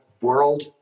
world